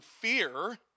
fear